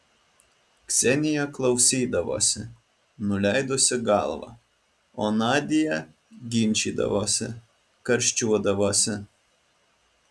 ksenija klausydavosi nuleidusi galvą o nadia ginčydavosi karščiuodavosi